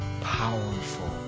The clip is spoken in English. powerful